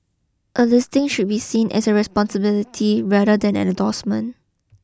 a listing should be seen as a responsibility rather than an endorsement